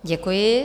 Děkuji.